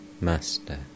Master